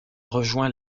rejoint